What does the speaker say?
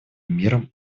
мира